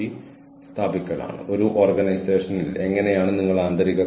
അതിനാൽ ഞാൻ അത് എടുത്ത് ഈ പ്ലാറ്റ്ഫോമിലൂടെ നിങ്ങൾക്ക് നൽകുന്നു